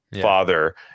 father